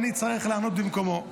ואני צריך לענות במקומו.